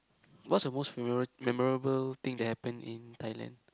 what's the most memorab~ memorable thing that happened in Thailand